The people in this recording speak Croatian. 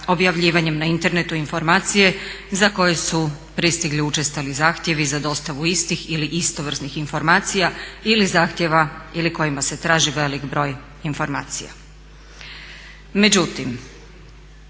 objavljivanjem na internetu informacije za koju su pristigli učestali zahtjevi za dostavu istih ili istovrsnih informacija ili zahtjeva ili kojima se traži velik broj informacija.